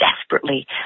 desperately